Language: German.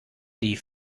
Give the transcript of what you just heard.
die